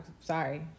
Sorry